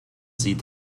sie